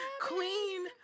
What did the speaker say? Queen